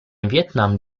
vietnam